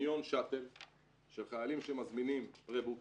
חניון שאטל של חיילים שמזמינים פרה-בוקינג,